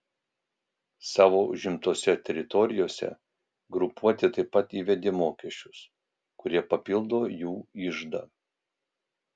savo užimtose teritorijose grupuotė taip pat įvedė mokesčius kurie papildo jų iždą